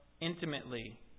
intimately